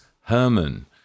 Herman